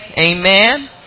Amen